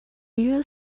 you